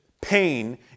pain